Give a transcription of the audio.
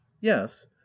yes